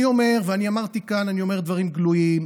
אני אומר ואני אמרתי כאן: אני אומר דברים גלויים.